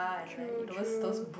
true true